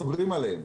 סוגרים עליהם.